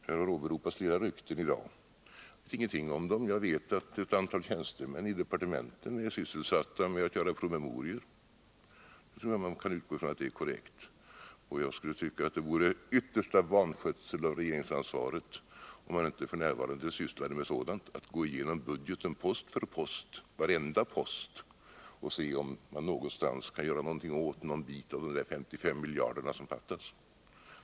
Här har åberopats flera rykten i dag. Jag vet ingenting om dem. Jag vet att ett antal tjänstemän i departementen är sysselsatta med att göra promemorior. Jag tror man kan utgå ifrån att det är korrekt. och jag tycker att det skulle vara yttersta vanskötsel av regeringsansvaret om man inte f.n. sysslade med att gå igenom budgeten post för post, varenda post, för att se om man någonstans kan göra någonting åt en bit av de 55 miljarder som fattas.